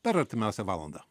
per artimiausią valandą